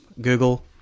Google